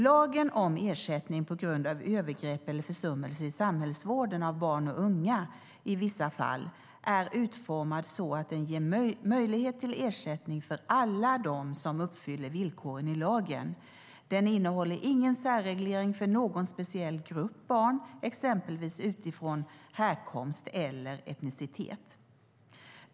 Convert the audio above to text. Lagen om ersättning på grund av övergrepp eller försummelser i samhällsvården av barn och unga i vissa fall är utformad så att den ger möjlighet till ersättning för alla dem som uppfyller villkoren i lagen. Den innehåller ingen särreglering för någon speciell grupp barn utifrån exempelvis härkomst eller etnicitet.